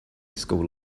school